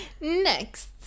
Next